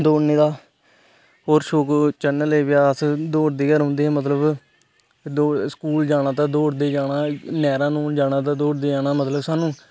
ते सानू दौड़ने दा और शौंक चढ़न लग्गी पेआ अस दोड़दे गै रौंहदे है मतलब स्कूल जाना तां बी दौड़दे जाना न्हेरा न्होन जाना तां बी दौड़दे जाना मतलब स्हानू